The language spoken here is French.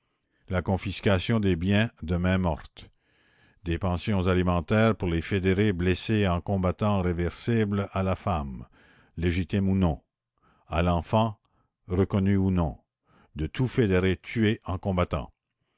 la confiscation des biens de main morte des pensions alimentaires pour les fédérés blessés en combattant réversibles à la femme légitime ou non à l'enfant reconnu ou non de tout fédéré tué en combattant